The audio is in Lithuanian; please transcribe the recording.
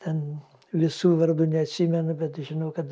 ten visų vardų neatsimenu bet žinau kad